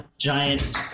giant